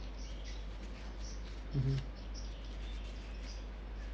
mm mm